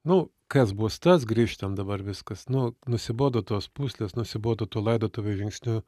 nu kas bus tas grįžtam dabar viskas nu nusibodo tos pūslės nusibodo tuo laidotuvių žingsniu